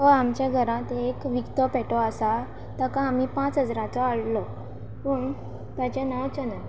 हय आमच्या घरांत एक विकतो पेटो आसा ताका आमी पांच हजरांचो हाडलो पूण ताचें नांव चनन